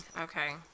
Okay